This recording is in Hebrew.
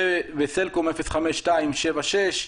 בסלקום - 05276,